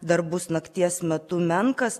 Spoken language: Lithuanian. dar bus nakties metu menkas